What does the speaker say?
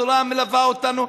התורה מלווה אותנו,